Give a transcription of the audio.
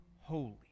holy